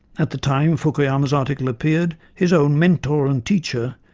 at the time fukuyama's article appeared, his own mentor and teacher,